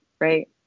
right